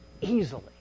Easily